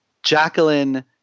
Jacqueline